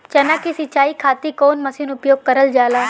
चना के सिंचाई खाती कवन मसीन उपयोग करल जाला?